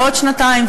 ועוד שנתיים,